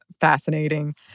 fascinating